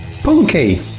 Punky